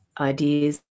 ideas